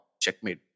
checkmate